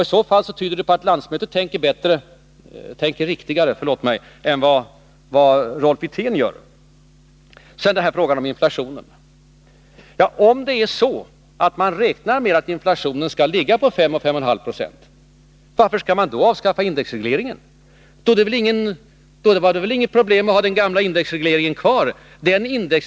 I så fall tyder detta på att landsmötet tänker riktigare än Rolf Wirtén gör. Sedan till frågan om inflationen. Om man som Rolf Wirtén utgår ifrån att inflationen skall ligga på 5-5,5 96, varför skall man då avskaffa indexregleringen? Då vore det väl inget problem att ha den gamla indexregleringen kvar?